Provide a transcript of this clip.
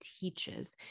teaches